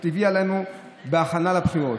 לנו בהכנה לבחירות.